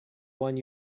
one